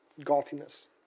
gothiness